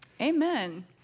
Amen